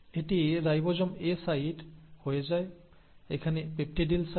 এটি রাইবোজোমে A site হয়ে যায় এখানে পেপটিডিল সাইট